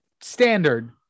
standard